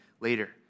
later